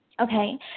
Okay